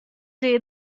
day